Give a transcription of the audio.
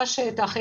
עם השטח,